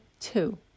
two